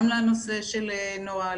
גם לנושא של נוהל,